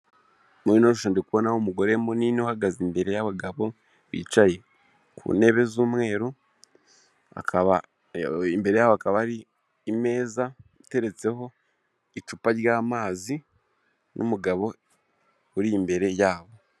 Muri ino shusho, ndi kubona umugore munini uhagaze imbere y'abagabo bicaye ku ntebe z'umweru, imbere yabo hakaba hari ameza iteretseho icupa ryamazi ,n'umugabo uri imbere yabo.